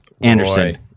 Anderson